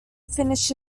finished